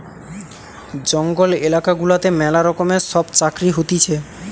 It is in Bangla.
জঙ্গল এলাকা গুলাতে ম্যালা রকমের সব চাকরি হতিছে